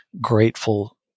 grateful